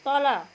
तल